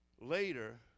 later